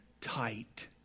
tight